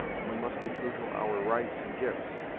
and we must be true to our rights and gifts.